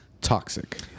toxic